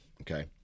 okay